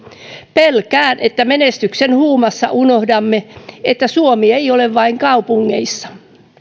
pelkään että menestyksen huumassa unohdamme että suomi ei ole vain kaupungeissa